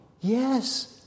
yes